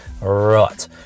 Right